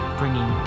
bringing